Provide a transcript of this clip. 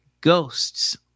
ghosts